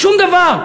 שום דבר.